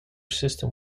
system